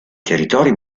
territori